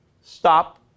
stop